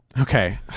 Okay